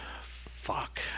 Fuck